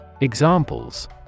Examples